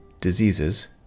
diseases